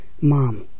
Mom